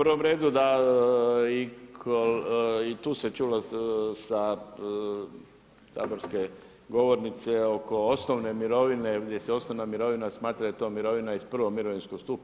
U prvom redu da i tu se čulo sa saborske govornice oko osnovne mirovine, gdje se osnovna mirovina smatra da je to mirovina iz I. mirovinskog stupa.